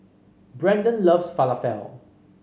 Brandan loves Falafel